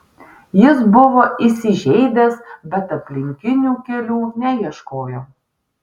jis buvo įsižeidęs bet aplinkinių kelių neieškojo